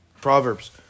Proverbs